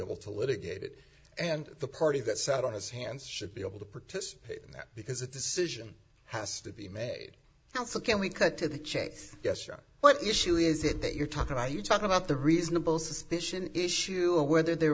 able to litigate it and the party that sat on his hands should be able to participate in that because a decision has to be made how can we cut to the chase yes sure what issue is it that you're talking are you talking about the reasonable suspicion issue or whether there